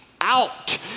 out